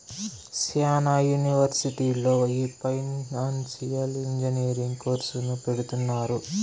శ్యానా యూనివర్సిటీల్లో ఈ ఫైనాన్సియల్ ఇంజనీరింగ్ కోర్సును పెడుతున్నారు